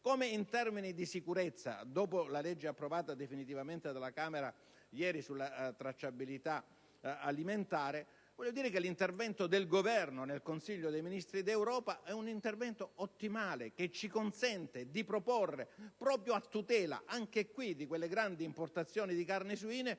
Sempre in termini di sicurezza, dopo la legge approvata definitivamente ieri alla Camera sulla tracciabilità alimentare, vorrei sottolineare che l'intervento del Governo nel Consiglio dei ministri dell'Unione europea è stato ottimale, perché ci consente di proporre, a tutela, anche qui, di quelle grandi importazioni di carni suine